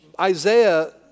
Isaiah